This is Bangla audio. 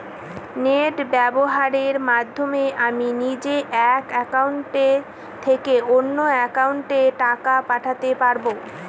নেট ব্যবহারের মাধ্যমে আমি নিজে এক অ্যাকাউন্টের থেকে অন্য অ্যাকাউন্টে টাকা পাঠাতে পারব?